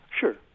Sure